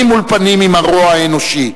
פנים מול פנים, עם הרוע האנושי.